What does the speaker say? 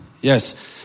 Yes